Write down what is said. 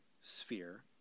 sphere